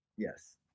Yes